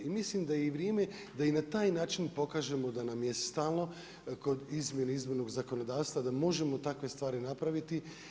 I mislim da je vrijeme da i na taj način pokažemo da nam je stalo kod izmjene izbornog zakonodavstva da možemo takve stvari napraviti.